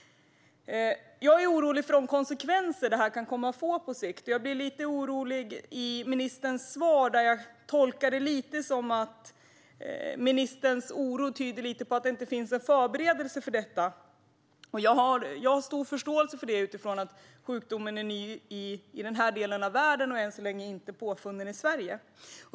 Jag är orolig för de konsekvenser som detta kan komma att få på sikt. Jag blir lite orolig av ministerns svar. Jag tolkar det som att ministerns oro lite grann tyder på att det inte finns någon förberedelse för detta. Det har jag stor förståelse för utifrån att sjukdomen är ny i denna del av världen och man än så länge inte har funnit den i Sverige.